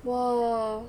!whoa!